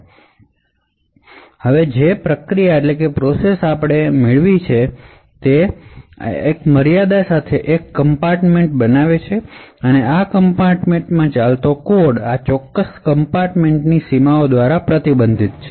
હવે ઝીણવટ પૂર્વક ની કોનફીનમેંટ સાથે જે પ્રાપ્ત કર્યું તે આ એક કમ્પાર્ટમેન્ટ છે આ કમ્પાર્ટમેન્ટમાં ચાલતો કોડ આ કમ્પાર્ટમેન્ટની આ સીમાઓ દ્વારા પ્રતિબંધિત છે